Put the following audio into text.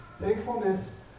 Thankfulness